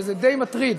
וזה די מטריד.